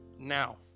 Now